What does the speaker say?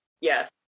Yes